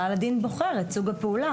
בעל הדין בוחר את סוג הפעולה.